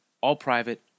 all-private